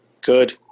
Good